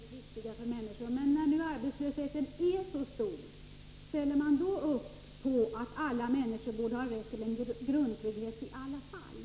Herr talman! Självfallet är detta det viktiga för människorna. Men när nu arbetslösheten är så stor, ställer man då upp bakom kravet att alla människor borde ha rätt till en grundtrygghet i alla fall?